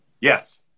Yes